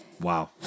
Wow